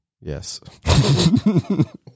Yes